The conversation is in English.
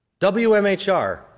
WMHR